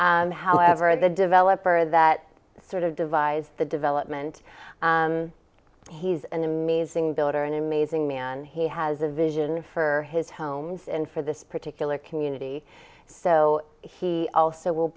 however the developer that sort of devised the development he's an amazing builder an amazing man he has a vision for his homes and for this particular community so he also will